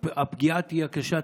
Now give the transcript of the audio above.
הפגיעה תהיה קשה.